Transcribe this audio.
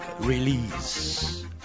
release